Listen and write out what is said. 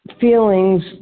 feelings